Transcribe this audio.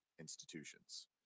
institutions